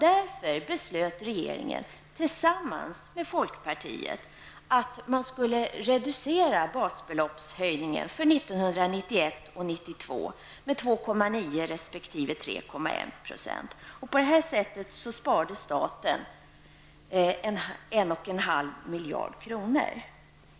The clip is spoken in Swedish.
Därför beslöt regeringen tillsammans med folkpartiet att reducera basbeloppshöjningen för 1991 och 1992 med 2,9 % resp. 3,1 %. På det här sättet sparade staten en och en halv miljard kronor.